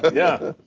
ah yeah,